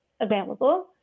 available